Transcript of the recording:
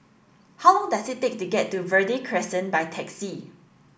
how long does it take to get to Verde Crescent by taxi